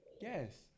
Yes